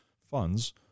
funds